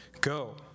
go